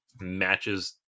matches